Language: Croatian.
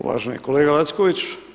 Uvaženi kolega Lacković.